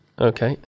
Okay